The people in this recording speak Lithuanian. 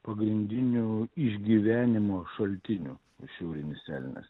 pagrindinių išgyvenimo šaltinių šiaurinis elnias